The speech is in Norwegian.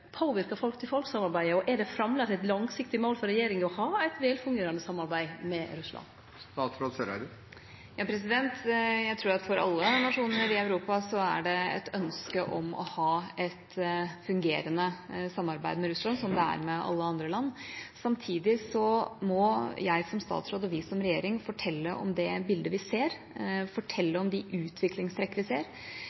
Og er det framleis eit langsiktig mål for regjeringa å ha eit velfungerande samarbeid med Russland? Jeg tror at for alle nasjoner i Europa er det et ønske om å ha et fungerende samarbeid med Russland – som det er med alle andre land. Samtidig må jeg som statsråd – og vi som regjering – fortelle om det bildet vi ser, fortelle om de utviklingstrekk vi ser.